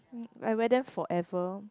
I wear them forever